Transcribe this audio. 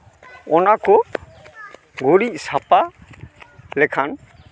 ᱚᱱᱟ ᱠᱚ ᱜᱩᱨᱤᱡ ᱥᱟᱯᱟ ᱞᱮᱠᱷᱟᱱ